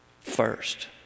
first